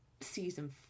season